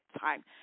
time